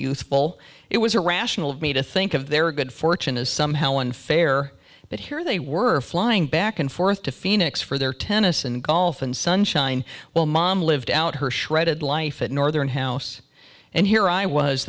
youthful it was irrational of me to think of their good fortune as somehow unfair but here they were flying back and forth to phoenix for their tennis and golf and sunshine while mom lived out her shredded life in northern house and here i was